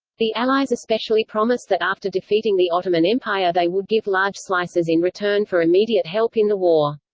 the allies especially promised that after defeating the ottoman empire they would give large slices in return for immediate help in the war.